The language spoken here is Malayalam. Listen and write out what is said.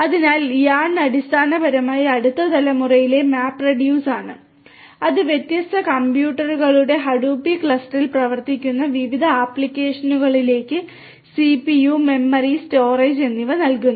അതിനാൽ YARN അടിസ്ഥാനപരമായി അടുത്ത തലമുറയിലെ മാപ്റെഡ്യൂസ് ആണ് അത് വ്യത്യസ്ത കമ്പ്യൂട്ടറുകളുടെ ഹഡൂപ്പി ക്ലസ്റ്ററിൽ പ്രവർത്തിക്കുന്ന വിവിധ ആപ്ലിക്കേഷനുകളിലേക്ക് CPU മെമ്മറി സ്റ്റോറേജ് എന്നിവ നൽകുന്നു